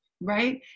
right